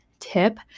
tip